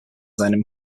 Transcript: seinem